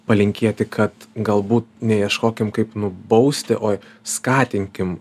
palinkėti kad galbūt neieškokim kaip nubausti o skatinkim